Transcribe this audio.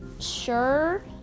sure